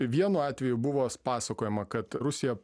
vienu atveju buvo pasakojama kad rusija